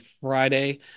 Friday